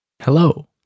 Hello